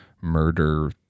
murder